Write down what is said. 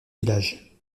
villages